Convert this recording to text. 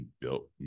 built